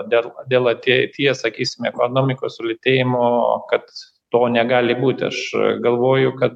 dėl dėl ateities sakysime ekonomikos sulėtėjimo kad to negali būti aš e galvoju kad